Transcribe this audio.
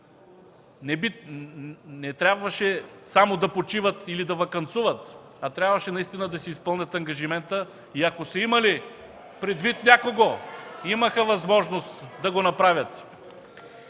не трябваше само да почиват или да ваканцуват, а трябваше наистина да си изпълнят ангажимента. (Оживление в ГЕРБ.) И ако са имали предвид някого, имаха възможност да го направят.